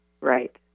Right